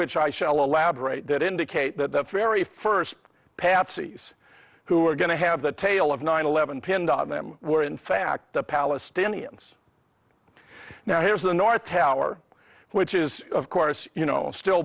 which i shall elaborate that indicate that the very first patsies who are going to have the tale of nine eleven pinned on them were in fact the palestinians now here's the north tower which is of course you know still